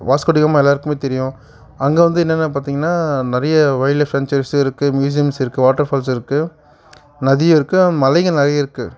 Vasco da Gama எல்லாேருக்குமே தெரியும் அங்கே வந்து என்னென்னா பார்த்தீங்னா நிறைய ஒயில்ட் லைஃப் சான்ச்சுவரி இருக்குது நிறைய மியூஸியம்ஸ் இருக்குது வாட்டர் ஃபால்ஸ் இருக்குது நதியும் இருக்கு மலைகள் நிறைய இருக்குது